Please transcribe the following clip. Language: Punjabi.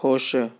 ਖੁਸ਼